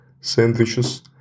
sandwiches